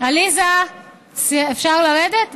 אפשר לרדת?